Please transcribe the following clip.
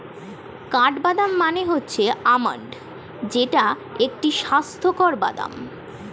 কাঠবাদাম মানে হচ্ছে আলমন্ড যেইটা একটি স্বাস্থ্যকর বাদাম